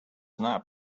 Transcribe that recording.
not